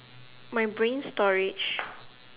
my brain storage